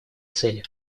цели